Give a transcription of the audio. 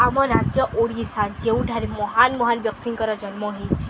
ଆମ ରାଜ୍ୟ ଓଡ଼ିଶା ଯେଉଁଠାରେ ମହାନ ମହାନ ବ୍ୟକ୍ତିଙ୍କର ଜନ୍ମ ହେଇଛି